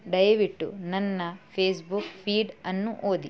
ದಯವಿಟ್ಟು ನನ್ನ Facebook feed ಅನ್ನು ಓದಿ